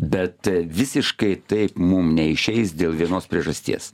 bet visiškai taip mum neišeis dėl vienos priežasties